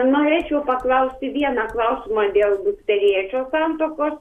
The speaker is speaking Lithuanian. norėčiau paklausti vieną klausimą dėl dukterėčios santuokos